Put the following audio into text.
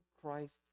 Christ